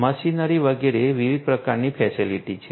machinery વગેરે વિવિધ પ્રકારની ફેસિલિટી છે